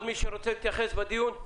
שלחנו מכתב מטעם המכון הישראלי